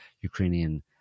Ukrainian